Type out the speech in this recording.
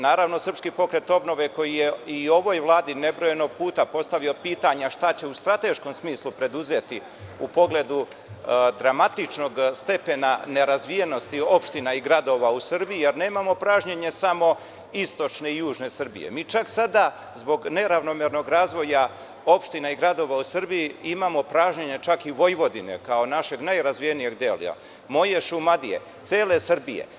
Naravno, SPO koji je i ovoj Vladi nebrojeno puta postavio pitanje – šta će u strateškom smislu preduzeti u pogledu dramatičnog stepena nerazvijenosti opština i gradova u Srbiji, jer nemamo pražnjenje samo istočne i južne Srbije, mi čak sada zbog neravnomernog razvoja opština i gradova u Srbiji imamo pražnjenja čak i Vojvodine, kao našeg najrazvijenijeg dela, moje Šumadije, cele Srbije?